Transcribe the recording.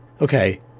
Okay